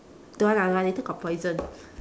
don't want lah lah later got poison